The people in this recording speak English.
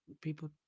people